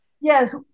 Yes